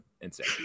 Insane